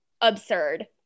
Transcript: absurd